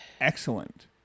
Excellent